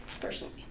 personally